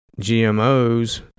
GMOs